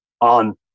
on